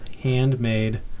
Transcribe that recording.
handmade